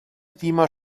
klima